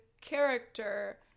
character